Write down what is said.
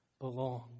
belong